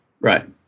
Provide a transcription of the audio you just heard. Right